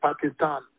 Pakistan